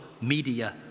media